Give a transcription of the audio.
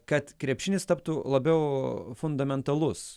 kad krepšinis taptų labiau fundamentalus